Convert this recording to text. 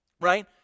right